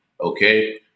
Okay